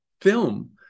film